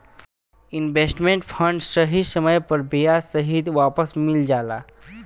investment fund सही समय पर ब्याज सहित वापस मिल जाला